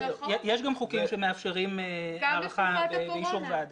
יש גם חוקים שמאפשרים הארכה באישור ועדה.